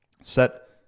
set